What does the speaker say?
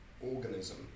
organism